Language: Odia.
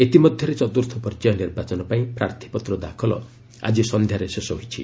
ଇତିମଧ୍ୟରେ ଚତୁର୍ଥ ପର୍ଯ୍ୟାୟ ନିର୍ବାଚନ ପାଇଁ ପ୍ରାର୍ଥୀପତ୍ର ଦାଖଲ ଆଜି ସନ୍ଧ୍ୟାରେ ଶେଷ ହୋଇଛି